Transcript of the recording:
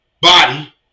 Body